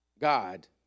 God